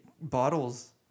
bottles